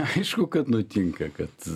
aišku kad nutinka kad